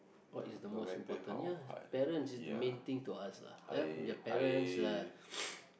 what is the most important ya parents is the main thing to us lah ya your parents lah